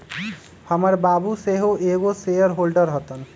हमर बाबू सेहो एगो शेयर होल्डर हतन